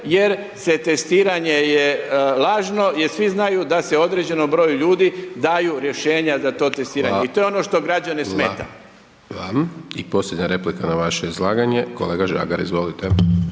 jer se testiranje je lažno, jer svi znaju da se određenom broju ljudi daju rješenja za to testiranje i to je ono što građane smeta. **Hajdaš Dončić, Siniša (SDP)** Hvala vam. I posljednja replika na vaše izlaganje, kolega Žagar, izvolite.